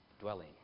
dwelling